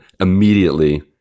immediately